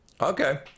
Okay